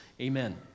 amen